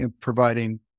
providing